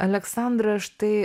aleksandra štai